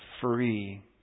free